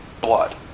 Blood